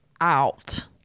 out